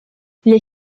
les